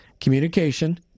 communication